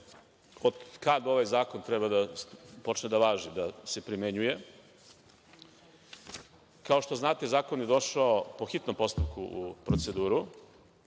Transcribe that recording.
od kada ovaj zakon treba da počne da važi, da se primenjuje. Kao što znate, zakon je došao po hitnom postupku u proceduru,